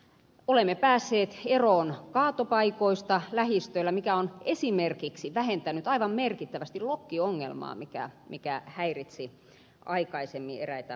olemme päässeet eroon kaatopaikoista lähistöllä mikä on esimerkiksi vähentänyt aivan merkittävästi lokkiongelmaa mikä häiritsi aikaisemmin eräitä alueita